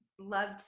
loved